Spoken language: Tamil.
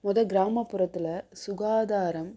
முத கிராமப்புறத்தில் சுகாதாரம்